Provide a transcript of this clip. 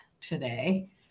today